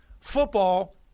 football